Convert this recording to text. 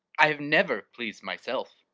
i have never pleased myself